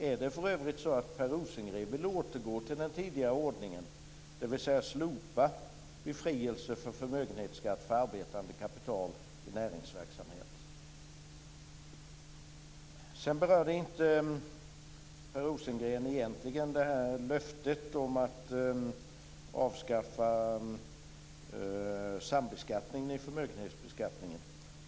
Är det för övrigt så att Per Rosengren vill återgå till den tidigare ordningen, dvs. slopa befrielse från förmögenhetsskatt för arbetande kapital i näringsverksamhet? Sedan berörde Per Rosengren egentligen inte det här löftet om att avskaffa sambeskattningen i förmögenhetsbeskattningen.